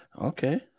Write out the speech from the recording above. Okay